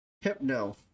Hypno